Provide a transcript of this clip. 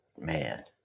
man